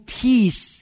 peace